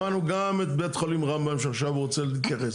שמענו גם את בית חולים רמב"ם שעכשיו רוצה להתייחס.